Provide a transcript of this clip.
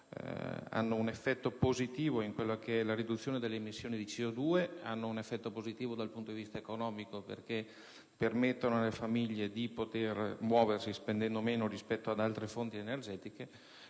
hanno un effetto positivo in termini di riduzione di emissioni di CO2, e anche dal punto di vista economico, perché permettono alle famiglie di muoversi spendendo meno rispetto ad altre fonti energetiche.